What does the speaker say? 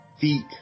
feet